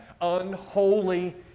Unholy